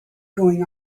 going